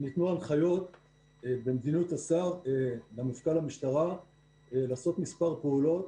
ניתנו הנחיות במדיניות השר ומפכ"ל המשטרה לעשות מספר פעולות